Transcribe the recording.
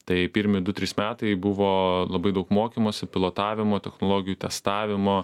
tai pirmi du trys metai buvo labai daug mokymosi pilotavimo technologijų testavimo